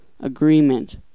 Agreement